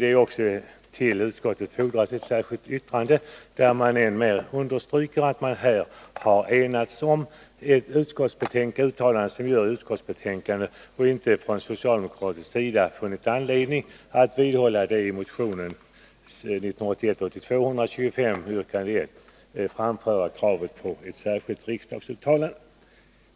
Det har också fogats ett särskilt yttrande till betänkandet där man än mer understryker att vi har enats om ett uttalande och att man från socialdemokratisk sida inte har funnit anledning att vidhålla det i motion 1981/82:125 yrkande 1 framförda kravet på ett särskilt riksdagsuttalande.